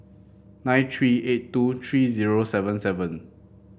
nine three eight two three zero seven seven